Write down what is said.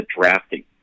drafting